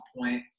point